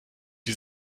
sie